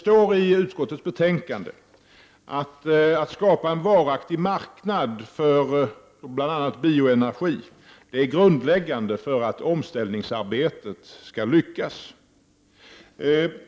Men i utskottets betänkande står så här: Att skapa en varaktig marknad för bl.a. bioenergi är grundläggande för att omställningsarbetet skall lyckas.